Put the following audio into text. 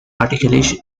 articulation